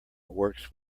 works